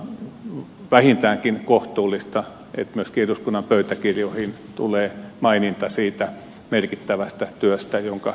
minusta on vähintäänkin kohtuullista että myöskin eduskunnan pöytäkirjoihin tulee maininta siitä merkittävästä työstä jonka ed